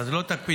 זה לא תפקידי.